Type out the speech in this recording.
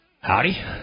Howdy